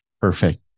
Perfect